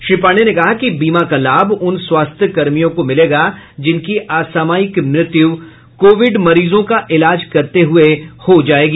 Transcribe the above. श्री पाण्डेय ने कहा कि बीमा का लाभ उन स्वस्थ्यकर्मियों को मिलेगा जिनकी असामयिक मृत्यू कोविड मरीजों का इलाज करते हुये हो जायेगी